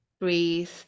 breathe